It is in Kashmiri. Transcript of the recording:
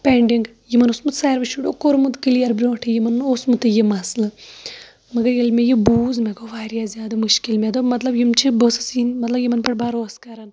پینڈِنگ یِمن اوسمُت ساروٕے شُریو کوٚرمُت کٕلیر برونٹھٕے یِمن نہٕ اوسمُتُے یہِ مَسلہٕ مگر ییٚلہِ مےٚ یہِ بوٗز مےٚ گوٚو واریاہ زیادٕ مُشکِل مےٚ دوٚپ مطلب یِم چھِ بہٕ ٲسٕس مطلب یِمن پٮ۪ٹھ بروسہٕ کران